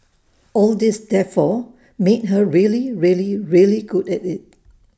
all this therefore made her really really really good at IT